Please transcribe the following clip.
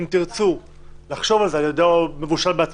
אם תרצו לחשוב על זה אני עוד לא מבושל בעצמי,